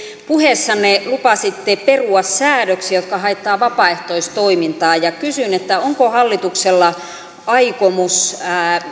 puheessanne lupasitte perua säädöksiä jotka haittaavat vapaaehtoistoimintaa ja kysyn onko hallituksella aikomus